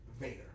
Vader